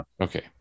Okay